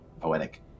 Poetic